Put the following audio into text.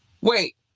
Wait